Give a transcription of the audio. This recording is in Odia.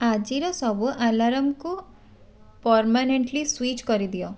ଆଜିର ସବୁ ଆଲାର୍ମ୍କୁ ପର୍ମାନେଣ୍ଟ୍ଲି ସୁଇଚ୍ କରିଦିଅ